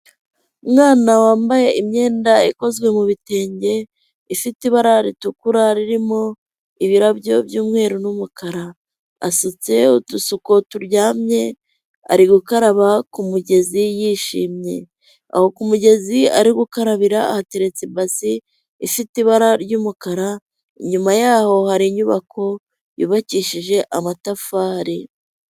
Umwana wambaye imyenda ikozwe mu bitenge, ifite ibara ritukura ririmo ibirabyo by'umweru n'umukara, asutse udusuko turyamye, ari gukaraba ku mugezi yishimye; aho ku mugezi ari gukarabira hateretse ibasi ifite ibara ry'umukara, inyuma yaho hari inyubako yubakishije amatafari.